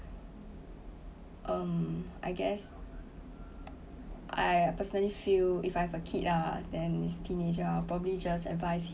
um I guess I personally feel if I have a kid ah then is teenager ah I'll probably just advice him like